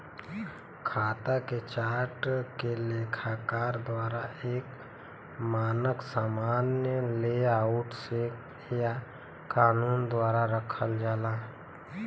खाता के चार्ट के लेखाकार द्वारा एक मानक सामान्य लेआउट से या कानून द्वारा रखल जाला